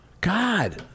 God